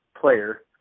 player